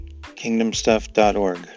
kingdomstuff.org